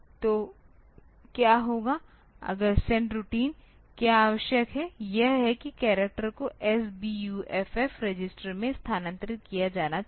तो क्या होगा अगर सेंड रूटीन क्या आवश्यक है यह है कि करैक्टर को SBUFF रजिस्टर में स्थानांतरित किया जाना चाहिए